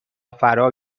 فرا